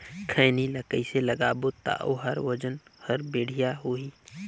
खैनी ला कइसे लगाबो ता ओहार वजन हर बेडिया होही?